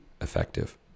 effective